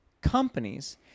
companies